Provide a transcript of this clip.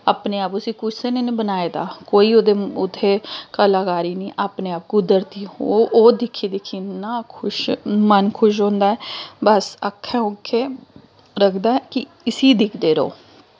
अपने आप उसी कुसै ने नी बनाए दा कोई ओह्दे उत्थें कलाकारी नी ऐ अपने आप कुदरती ओह् ओह् दिक्खी दिक्खी इन्ना खुश मन खुश होंदा ऐ बस अक्खें उक्खें लगदा कि इसी दिखदे र'वो